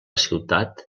ciutat